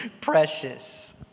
precious